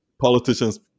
politicians